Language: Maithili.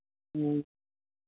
ह्म्म